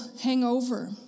hangover